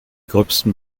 gröbsten